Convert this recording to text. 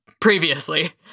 previously